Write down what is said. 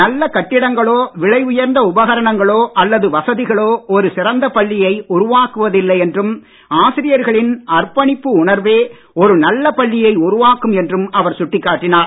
நல்ல கட்டிடங்களோ விலை உயர்ந்த உபகரணங்களோ அல்லது வசதிகளோ ஒரு சிறந்த பள்ளியை உருவாக்கவதில்லை என்றும் ஆசிரியர்களின் அர்ப்பணிப்பு உணர்வே ஒரு நல்ல பள்ளியை உருவாக்கும் என்றும் அவர் சுட்டிக்காட்டினார்